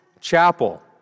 Chapel